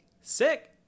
Sick